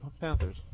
Panthers